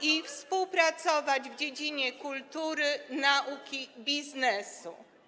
i współpracowały w dziedzinie kultury, nauki, biznesu.